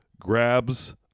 grabs